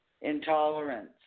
Intolerance